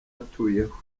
atuyeho